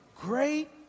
Great